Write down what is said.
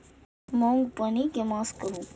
मूँग पकनी के मास कहू?